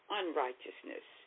unrighteousness